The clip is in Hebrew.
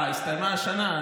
אה, הסתיימה השנה?